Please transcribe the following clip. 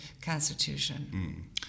constitution